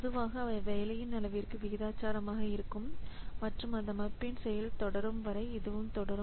பொதுவாக அவை வேலையின் அளவிற்கு விகிதாசாரம் ஆக இருக்கும் மற்றும் அந்த அமைப்பின் செயல் தொடரும் வரை இதுவும் தொடரும்